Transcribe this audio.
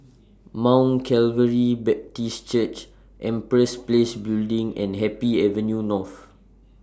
Mount Calvary Baptist Church Empress Place Building and Happy Avenue North